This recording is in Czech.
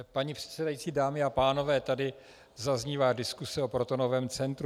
Paní předsedající, dámy a pánové, tady zaznívá diskuse o protonovém centru.